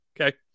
Okay